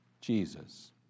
Jesus